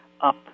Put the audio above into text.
up